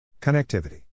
Connectivity